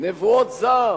נבואות זעם,